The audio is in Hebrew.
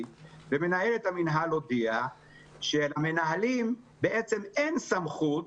ומנהלת המינהל הודיעה שלמנהלים אין סמכות